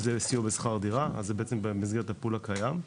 שזה בעצם סיוע בשכר דירה וזה במסגרת ה- -- הקיים.